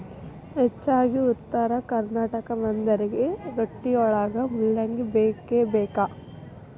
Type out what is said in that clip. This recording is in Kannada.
ಹೆಚ್ಚಾಗಿ ಉತ್ತರ ಕರ್ನಾಟಕ ಮಂದಿಗೆ ರೊಟ್ಟಿವಳಗ ಮೂಲಂಗಿ ಬೇಕಬೇಕ